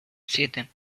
siete